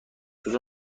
کجا